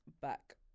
back